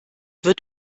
wird